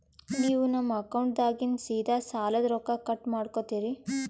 ನೀವು ನಮ್ಮ ಅಕೌಂಟದಾಗಿಂದ ಸೀದಾ ಸಾಲದ ರೊಕ್ಕ ಕಟ್ ಮಾಡ್ಕೋತೀರಿ?